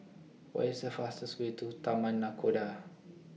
What IS The fastest Way to Taman Nakhoda